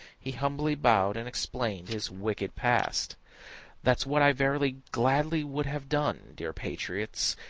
he humbly bowed, and explained his wicked past that's what i very gladly would have done, dear patriots,